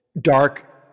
dark